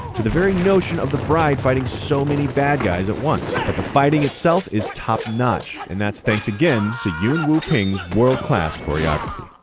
to the very notion of the bride fighting so many bad guys at once. but the fighting itself is top notch and that's thanks again to yuen woo-ping's world class choreography.